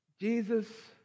Jesus